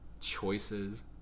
choices